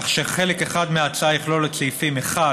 כך שחלק אחד מההצעה יכלול את סעיפים 1(1)